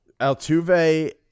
Altuve